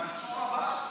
מנסור עבאס?